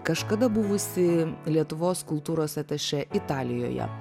kažkada buvusi lietuvos kultūros atašė italijoje